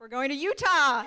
we're going to utah